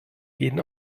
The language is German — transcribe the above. jeden